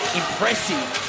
impressive